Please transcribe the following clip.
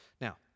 Now